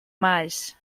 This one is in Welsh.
maes